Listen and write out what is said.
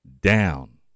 down